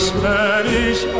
Spanish